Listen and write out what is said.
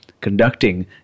conducting